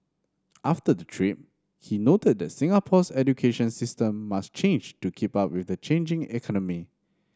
after the trip he noted that Singapore's education system must change to keep up with the changing economy